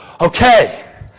okay